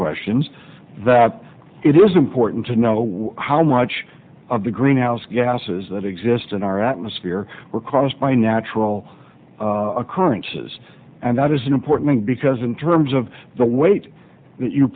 questions that it is important to know how much of the greenhouse gases that exist in our atmosphere were caused by natural occurrences and that is important because in terms of the weight that you